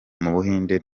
mubuhinde